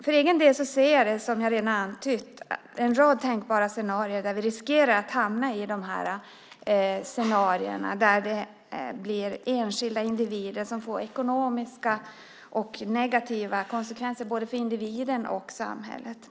För egen del ser jag, som jag redan antytt, en rad tänkbara scenarier som vi riskerar att hamna i. Det får ekonomiska och negativa konsekvenser för både enskilda individer och samhället.